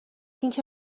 اینکه